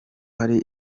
hari